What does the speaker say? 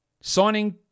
signing